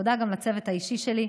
תודה גם לצוות האישי שלי,